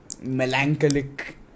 melancholic